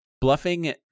Bluffing